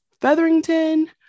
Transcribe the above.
Featherington